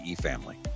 family